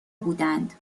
بودند